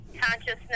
consciousness